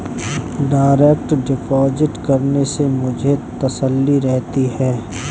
direct deposit करने से मुझे तसल्ली रहती है